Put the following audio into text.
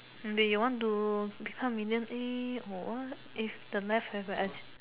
you want to become minion a or if the life have a achieve